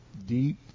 Deep